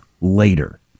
later